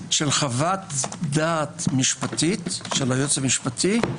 של חוות דעת משפטית של היועץ המשפטי,